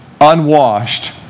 unwashed